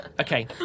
Okay